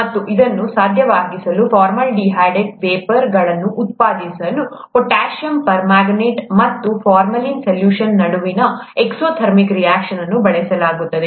ಮತ್ತು ಅದನ್ನು ಸಾಧ್ಯವಾಗಿಸಲು ಫಾರ್ಮಾಲ್ಡಿಹೈಡ್ ವೇಪರ್ಗಳನ್ನು ಉತ್ಪಾದಿಸಲು ಪೊಟ್ಯಾಸಿಯಮ್ ಪರ್ಮಾಂಗನೇಟ್ ಮತ್ತು ಫಾರ್ಮಾಲಿನ್ ಸಲ್ಯೂಷನ್ ನಡುವಿನ ಎಕ್ಸೋಥರ್ಮಿಕ್ ರಿಯಾಕ್ಷನ್ ಅನ್ನು ಬಳಸಲಾಗುತ್ತದೆ